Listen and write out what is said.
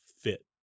fit